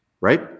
right